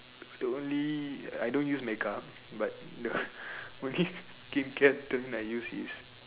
don't need I don't use my car but the only skin care thing I use is